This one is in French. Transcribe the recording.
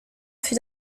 fut